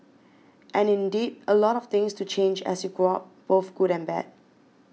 and indeed a lot of things do change as you grow up both good and bad